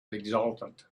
exultant